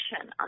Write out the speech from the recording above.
on